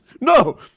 no